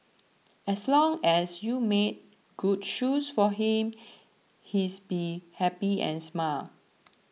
as long as you made good shoes for him he's be happy and smile